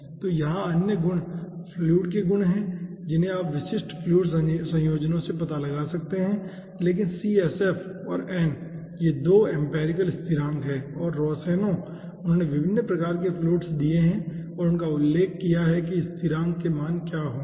तो यहां अन्य गुण फ्लूइड के गुण हैं जिन्हें आप विशिष्ट फ्लूइड संयोजनों से पता लगा सकते हैं लेकिन और n ये 2 एम्पिरिकल स्थिरांक हैं और रोहसेनो उन्होंने विभिन्न प्रकार के फ्लुइड्स दिए हैं और उन्होंने उल्लेख किया है कि स्थिरांक के मान क्या होंगे